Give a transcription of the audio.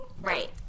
Right